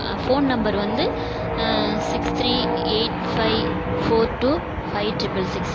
phone number வந்து six three eight five four two five triple six